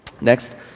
Next